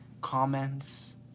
comments